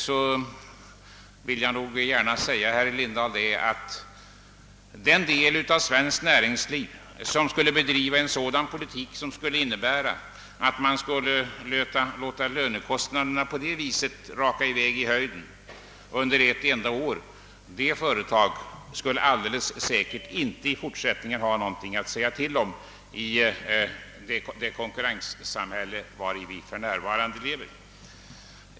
Det enskilda företag som bedreve en politik som innebure att lönekostnaderna under ett enda år rakade i höj den på det sätt som lönekostnaderna föreslås stiga inom prisoch kartellnämnden, skulle i fortsättningen säkerligen inte ha något att säga till om i det konkurrenssamhälle vari vi för närvarande lever.